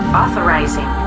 authorizing